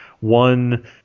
one